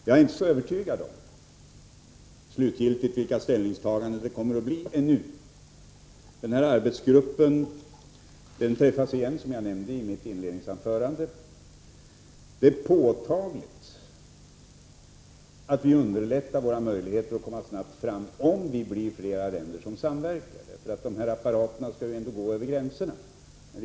Jag är fortfarande inte helt på det klara med vilka ställningstaganden som kommer att göras. Arbetsgruppen skall, som jag nämnde i mitt inledningsanförande, träffas igen. Det är påtagligt att våra möjligheter ökar att snabbt komma fram, om det blir fler länder som samverkar. När det gäller avgaskraven skall ju bilismen fungera över gränserna.